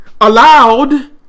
allowed